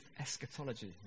eschatology